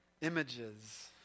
images